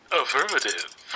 Affirmative